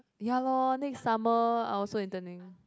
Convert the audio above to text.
ya lor next summer I also interning